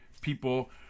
people